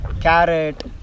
carrot